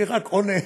אני רק עונה.